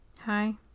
Hi